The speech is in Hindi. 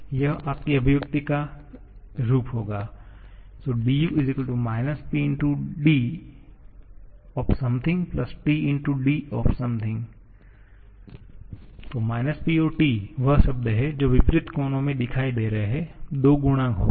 यह आपकी अभिव्यक्ति का रूप होगा du - P × d T × d तो P और T वह शब्द है जो विपरीत कोनों में दिखाई दे रहे हैं दो गुणांक होंगे